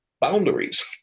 Boundaries